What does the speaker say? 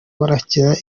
barakina